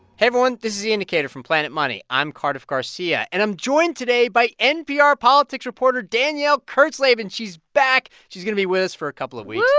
hey everyone. this is the indicator from planet money. i'm cardiff garcia, and i'm joined today by npr politics reporter danielle kurtzleben. she's back. she's going to be with us for a couple of weeks.